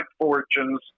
fortunes